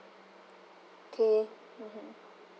K mmhmm